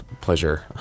pleasure